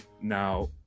now